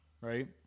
right